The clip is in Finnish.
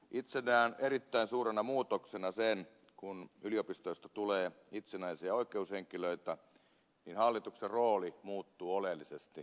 itse näen erittäin suurena muutoksena sen että kun yliopistoista tulee itsenäisiä oikeushenkilöitä niin hallituksen rooli muuttuu oleellisesti